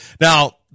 Now